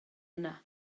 yna